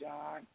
John